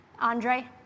Andre